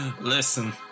Listen